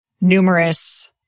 numerous